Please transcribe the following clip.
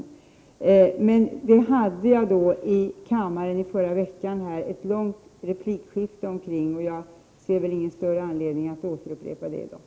I förra veckan hade vi här i kammaren ett långt replikskifte kring detta, och jag ser ingen anledning att upprepa det i dag.